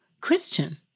Christian